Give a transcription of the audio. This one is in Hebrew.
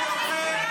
לא להפריע.